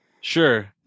Sure